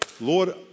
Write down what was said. Lord